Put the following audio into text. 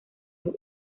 los